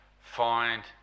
find